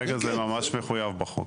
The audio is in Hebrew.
הרגע זה ממש מחויב בחוק.